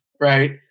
Right